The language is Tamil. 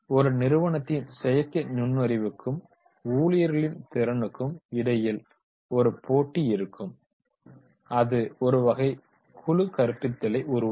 ஒரு நிறுவனத்தின் செயற்கை நுண்ணறிவுக்கும் ஊழியர்களின் திறனுக்கும் இடையில் ஒரு போட்டி இருக்கும் போது அது ஒரு வகைக் குழு கற்பித்தலை உருவாக்கும்